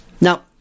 Now